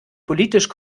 politisch